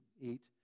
eat